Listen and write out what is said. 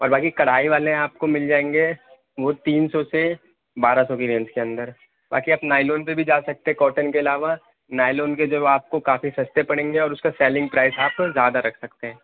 اور باقی کڑھائی والے آپ کو مل جائیں گے وہ تین سو سے بارہ سو کی رینج کے اندر باقی آپ نائیلون پہ بھی جا سکتے ہیں کاٹن کے علاوہ نائلون کے جو آپ کو کافی سستے پڑیں گے اور اس کا سیلنگ پرائز آپ زیادہ رکھ سکتے ہیں